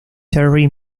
terry